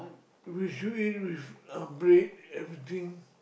which should in with a braid everything